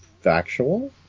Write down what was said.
factual